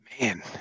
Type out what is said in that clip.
Man